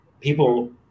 People